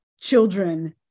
children